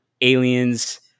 Aliens